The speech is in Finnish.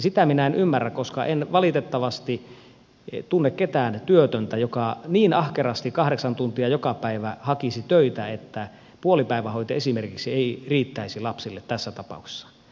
sitä minä en ymmärrä koska en valitettavasti tunne ketään työtöntä joka niin ahkerasti kahdeksan tuntia joka päivä hakisi töitä että puolipäivähoito esimerkiksi ei riittäisi lapselle tässä tapauksessa